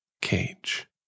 cage